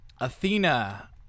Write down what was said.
Athena